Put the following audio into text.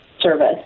service